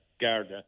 Garda